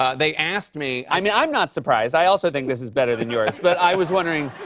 ah they asked me. i mean, i'm not surprised. i also think this is better than yours, but i was wondering.